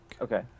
Okay